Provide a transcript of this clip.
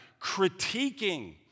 critiquing